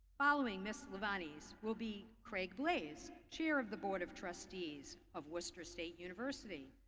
following miss livaniz will be craig blais, chair of the board of trustees of worcester state university.